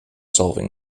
solving